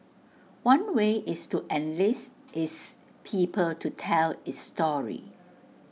one way is to enlist its people to tell its story